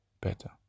better